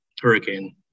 hurricane